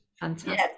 Fantastic